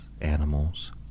animals